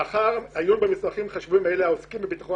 לאחר עיון במסמכים חשובים אלה העוסקים בביטחון